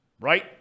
Right